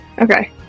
Okay